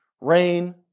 rain